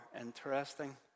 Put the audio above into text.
interesting